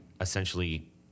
essentially